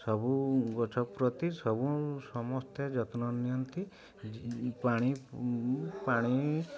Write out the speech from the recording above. ସବୁ ଗଛ ପ୍ରତି ସବୁ ସମସ୍ତେ ଯତ୍ନ ନିଅନ୍ତି ପାଣି ପାଣି